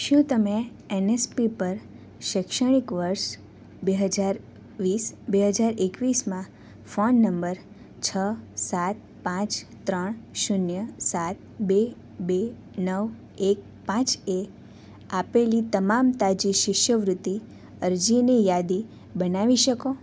શું તમે એનએસપી પર શૈક્ષણિક વર્ષ બે હજાર વીસ બે હજાર એકવીસ માં ફોન નંબર છ સાત પાંચ ત્રણ શૂન્ય સાત બે બે નવ એક પાંચ એ આપેલી તમામ તાજી શિષ્યવૃત્તિ અરજીની યાદી બનાવી શકો